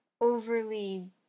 overly